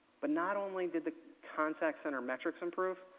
but not only did the contact center metrics improve